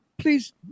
Please